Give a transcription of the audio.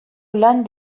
lan